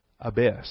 abyss